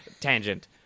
tangent